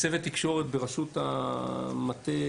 צוות תקשורת, בראשות מטה